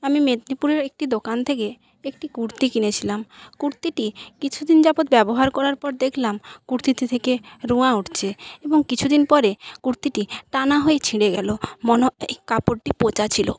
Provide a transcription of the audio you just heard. আমি মেদনীপুরের একটি দোকান থেকে একটি কুর্তি কিনেছিলাম কুর্তিটি কিছুদিন যাবত ব্যবহার করার পর দেখলাম কুর্তিটি থেকে রোঁয়া উঠছে এবং কিছু দিন পরে কুর্তিটি টানা হয়ে ছিড়ে গেল মনে হয় কাপড়টি পচা ছিল